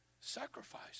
Sacrifice